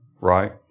Right